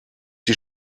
die